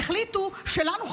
החליטו שלנו,